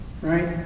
Right